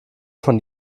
von